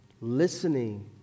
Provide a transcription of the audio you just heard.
Listening